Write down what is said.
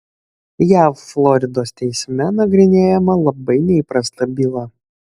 jav floridos teisme nagrinėjama labai neįprasta byla